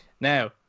Now